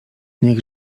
niech